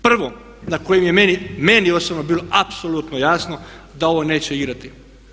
Prvo na kojem je meni osobno bilo apsolutno jasno da ovo neće igrati.